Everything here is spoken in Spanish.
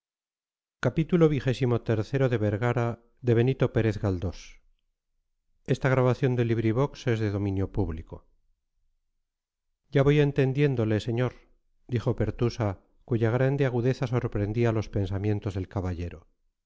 ya voy entendiéndole señor dijo pertusa cuya grande agudeza sorprendía los pensamientos del caballero